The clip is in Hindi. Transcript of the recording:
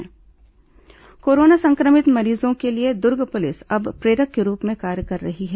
कोरोना पुलिस पहल कोरोना संक्रमित मरीजों के लिए दुर्ग पुलिस अब प्रेरक के रूप में कार्य कर रही है